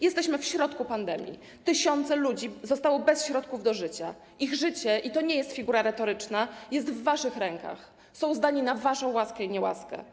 Jesteśmy w środku pandemii, tysiące ludzi zostało bez środków do życia, ich życie, i to nie jest figura retoryczna, jest w waszych rękach, są zdani na waszą łaskę i niełaskę.